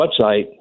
website